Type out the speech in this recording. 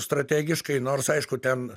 strategiškai nors aišku ten